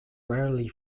rarely